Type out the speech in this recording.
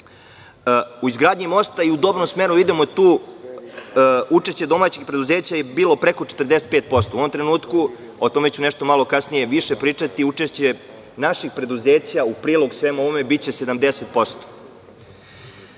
izgradnji mosta i u dobrom smeru idemo, učešće domaćih preduzeća je bilo preko 45%. U ovom trenutku, o tome ću nešto malo kasnije više pričati, učešće naših preduzeća u prilog svemu ovome biće